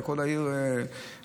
כל העיר נסללת,